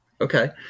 Okay